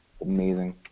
amazing